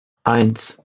eins